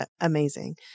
amazing